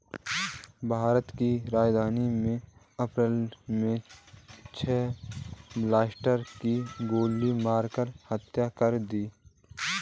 भारत की राजधानी में अप्रैल मे छह बिल्डरों की गोली मारकर हत्या कर दी है